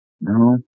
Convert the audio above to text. No